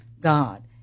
God